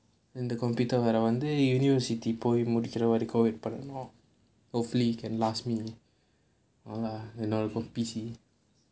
இந்த:intha computer வர வந்து:vara vanthu university போய் முடிக்கிற வரைக்கும்:poi mudikkira varaikkum wait பண்ணனுமா:pannanumaa hopefully can last me orh the L book P_C